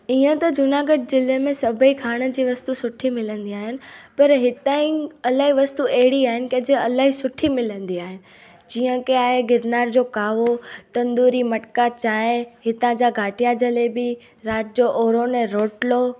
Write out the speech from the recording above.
इअं त जूनागढ़ ज़िले में सभई खाइण जी वस्तू सुठी मिलंदी आहिनि पर हितां जी इलाही वस्तू अहिड़ी आहिनि की जे इलाही सुठी मिलंदी आहिनि जीअं की हाणे गिरनार जो कावो तंदूरी मटका चांहि हितां जा गाठियां जलेबी राति जो ओरोने रोटलो